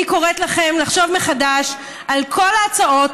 אני קוראת לכם לחשוב מחדש על כל ההצעות